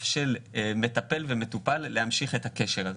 של מטפל ומטופל להמשיך את הקשר הזה.